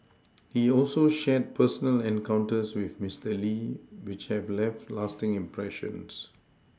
he also shared personal encounters with Mister Lee which have left lasting impressions